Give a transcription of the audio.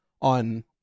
on